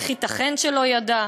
איך ייתכן שלא ידע?